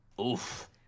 oof